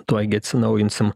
tuoj gi atsinaujinsim